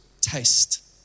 taste